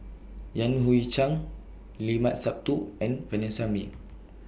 Yan Hui Chang Limat Sabtu and Vanessa Mae